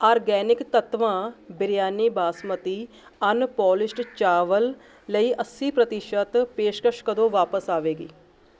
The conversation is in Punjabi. ਆਰਗੈਨਿਕ ਤੱਤਵਾਂ ਬਿਰਯਾਨੀ ਬਾਸਮਤੀ ਅਨਪੌਲਿਸ਼ਡ ਚਾਵਲ ਲਈ ਅੱਸੀ ਪ੍ਰਤੀਸ਼ਤ ਪੇਸ਼ਕਸ਼ ਕਦੋਂ ਵਾਪਸ ਆਵੇਗੀ